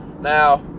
Now